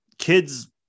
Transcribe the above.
Kids